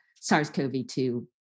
SARS-CoV-2